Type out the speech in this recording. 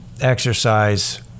exercise